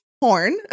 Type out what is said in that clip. porn